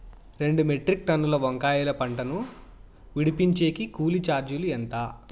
రెండు మెట్రిక్ టన్నుల వంకాయల పంట ను విడిపించేకి కూలీ చార్జీలు ఎంత?